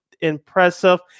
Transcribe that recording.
impressive